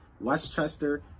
Westchester